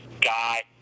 guy